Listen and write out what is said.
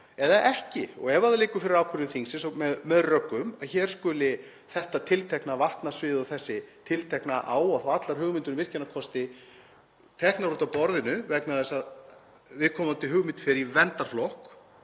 eða ekki. Ef það liggur fyrir ákvörðun þingsins, með rökum, að hér skuli þetta tiltekna vatnasvið og þessi tiltekna á og allar hugmyndir um virkjunarkosti teknar út af borðinu vegna þess að viðkomandi hugmynd fer í verndarflokk